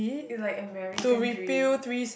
is like American dream